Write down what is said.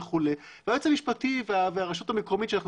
והיועץ המשפטי והרשות המקומית שאנחנו